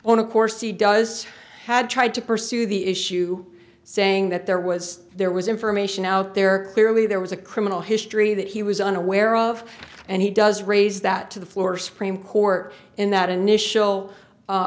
he does had tried to pursue the issue saying that there was there was information out there clearly there was a criminal history that he was unaware of and he does raise that to the floor supreme court in that initial a